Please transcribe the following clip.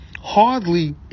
hardly